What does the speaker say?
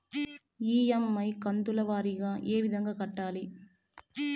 EMI కంతుల వారీగా ఏ విధంగా కట్టాలి